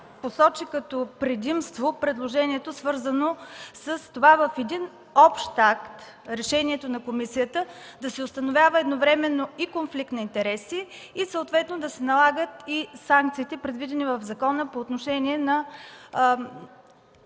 посочи като предимство предложението, свързано с това в общ акт – решението на комисията, да се установява едновременно и конфликт на интереси, и съответно да се налагат санкциите, предвидени в закона по отношение на